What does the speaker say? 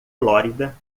flórida